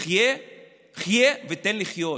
חיה ותן לחיות.